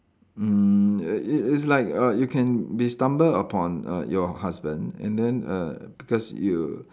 mm it it it's like err you can be stumble upon err your husband and then err because you